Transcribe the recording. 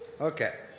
okay